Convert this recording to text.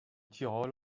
tyrol